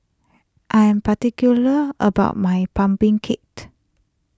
I am particular about my Pumpkin cate